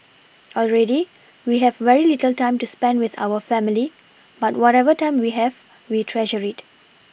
already we have very little time to spend with our family but whatever time we have we treasure it